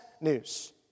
news